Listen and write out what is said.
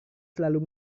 selalu